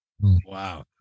Wow